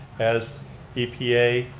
as epa.